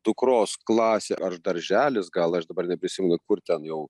dukros klasė ar darželis gal aš dabar neprisimenu kur ten jau